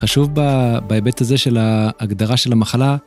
שוב בהיבט הזה של ההגדרה של המחלה.